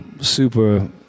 super